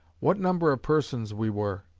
what number of persons we were?